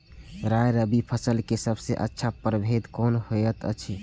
राय रबि फसल के सबसे अच्छा परभेद कोन होयत अछि?